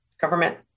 government